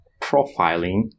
profiling